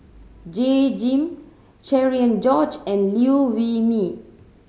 Jay Jim Cherian George and Liew Wee Mee